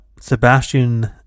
Sebastian